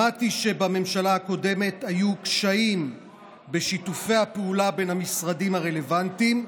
שמעתי שבממשלה הקודמת היו קשיים בשיתופי הפעולה בין המשרדים הרלוונטיים.